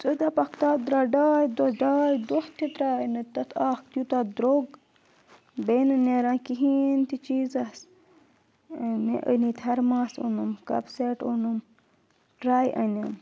ژٕ دَپکھ تَتھ درٛاو ڈاے دۄہ ڈاے دۄہ تہِ درٛاے نہٕ تَتھ اَکھ تیوٗتاہ درٛوگ بیٚیہِ نہٕ نَیران کِہیٖنۍ تہِ چیٖزَس مےٚ أنِی تھَرماس اوٚنُم کَپ سَیٚٹ اوٚنُم ٹرٛے أنِم